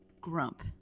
grump